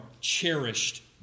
cherished